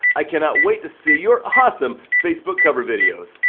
i cannot wait to see your awesome facebook cover videos.